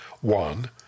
One